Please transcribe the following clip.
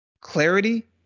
clarity